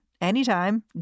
anytime